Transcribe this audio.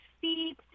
feet